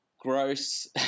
gross